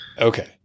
Okay